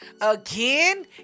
Again